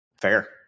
Fair